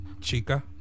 Chica